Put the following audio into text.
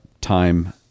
time